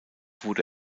wurde